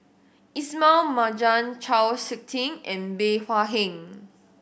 Ismail Marjan Chau Sik Ting and Bey Hua Heng